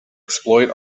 exploit